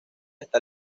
está